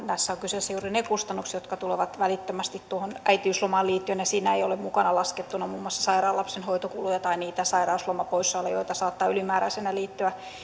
näissä ovat kyseessä juuri ne kustannukset jotka tulevat välittömästi äitiyslomaan liittyen ja niissä ei ole mukana laskettuna muun muassa sairaan lapsen hoitokuluja tai niitä sairauslomapoissaoloja joita saattaa ylimääräisenä liittyä